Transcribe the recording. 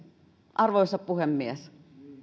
arvoisa puhemies